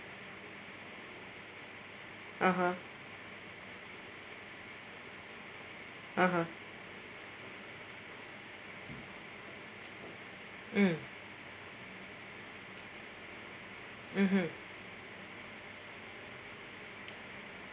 (uh huh) (uh huh) mm mmhmm